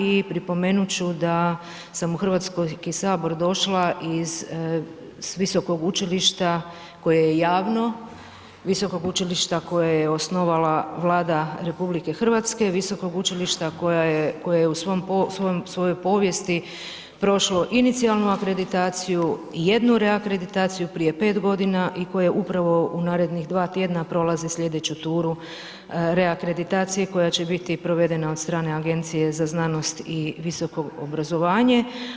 I pripomenut ću da sam u Hrvatski sabor došla iz visokog učilišta koje je javno, visokog učilišta koje je osnovala Vlada Republike Hrvatske, visokog učilišta koje je u svojoj povijesti prošlo inicijalnu akreditaciju, jednu reakreditaciju prije 5 godina i koja upravo u narednih 2 tjedna prolazi sljedeću turu reakreditacije koja će biti provedena od strane Agencije za znanost i visoko obrazovanje.